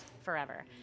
forever